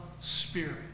Spirit